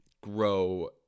grow